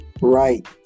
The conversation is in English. Right